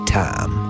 time